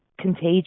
contagious